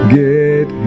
get